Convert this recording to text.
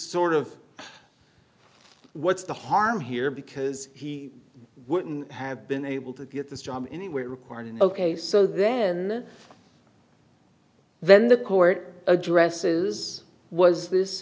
sort of what's the harm here because he wouldn't have been able to get this job anywhere required and ok so then then the court addresses was this